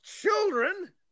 children